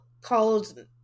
called